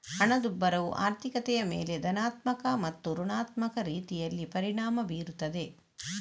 ಹಣದುಬ್ಬರವು ಆರ್ಥಿಕತೆಯ ಮೇಲೆ ಧನಾತ್ಮಕ ಮತ್ತು ಋಣಾತ್ಮಕ ರೀತಿಯಲ್ಲಿ ಪರಿಣಾಮ ಬೀರುತ್ತದೆ